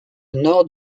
nord